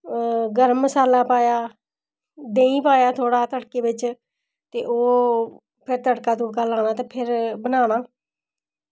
ओह् गरम मसाला पाया देहीं पाया थोह्ड़ा तड़के बिच ते ओह् फिर तड़का लाना ते फिर बनाना